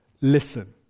listen